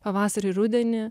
pavasarį rudenį